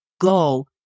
go